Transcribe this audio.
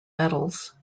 medals